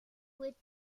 with